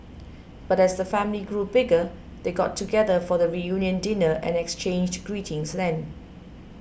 but as the family grew bigger they got together for the reunion dinner and exchanged greetings then